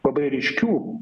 labai ryškių